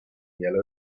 yellow